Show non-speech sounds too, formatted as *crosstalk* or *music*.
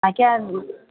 *unintelligible*